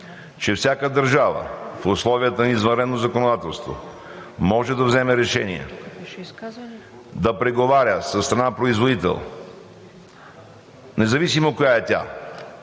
че всяка държава в условията на извънредно законодателство може да вземе решение да преговаря със страна производител, независимо коя е тя,